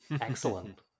Excellent